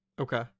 Okay